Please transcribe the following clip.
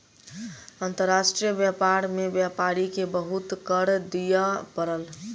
अंतर्राष्ट्रीय व्यापार में व्यापारी के बहुत कर दिअ पड़ल